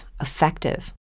effective